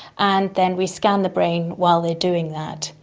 and then we scan the brain while they are doing that.